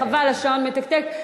חבל, השעון מתקתק.